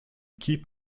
keep